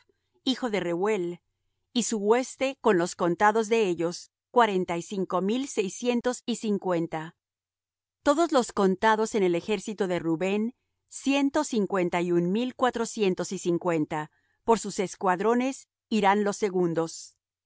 hijo de rehuel y su hueste con los contados de ellos cuarenta y cinco mil seiscientos y cincuenta todos los contados en el ejército de rubén ciento cincuenta y un mil cuatrocientos y cincuenta por sus escuadrones irán los segundos